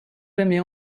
jamais